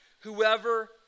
whoever